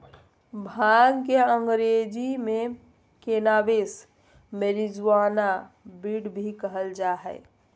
भांग के अंग्रेज़ी में कैनाबीस, मैरिजुआना, वीड भी कहल जा हइ